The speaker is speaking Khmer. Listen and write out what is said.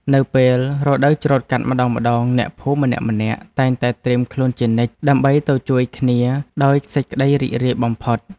នៅពេលរដូវច្រូតកាត់ម្ដងៗអ្នកភូមិម្នាក់ៗតែងតែត្រៀមខ្លួនជានិច្ច ដើម្បីទៅជួយគ្នាដោយសេចក្ដីរីករាយបំផុត។